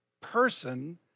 person